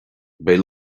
beidh